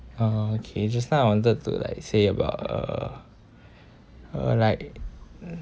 oh okay just now I wanted to like say about uh uh like